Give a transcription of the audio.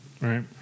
Right